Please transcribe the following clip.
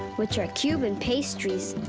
which are cuban pastries.